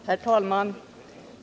Herr talman!